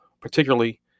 particularly